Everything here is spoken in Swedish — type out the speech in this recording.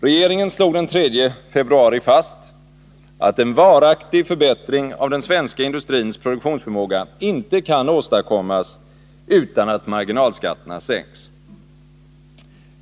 Regeringen slog den 3 februari fast att en varaktig förbättring av den svenska industrins produktionsförmåga inte kan åstadkommas utan att marginalskatterna sänks.